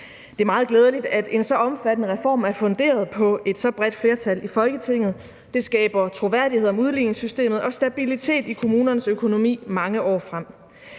Det er meget glædeligt, at en så omfattende reform er funderet på et så bredt flertal i Folketinget. Det skaber troværdighed om udligningssystemet og stabilitet i kommunernes økonomi mange år frem.